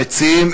המציעים?